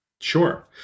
Sure